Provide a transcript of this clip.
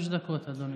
חמש דקות, אדוני.